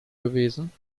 gewesen